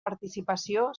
participació